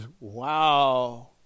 Wow